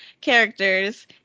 characters